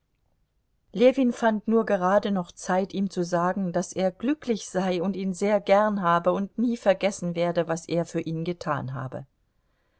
ljewin fand nur gerade noch zeit ihm zu sagen daß er glücklich sei und ihn sehr gern habe und nie vergessen werde was er für ihn getan habe